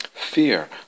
fear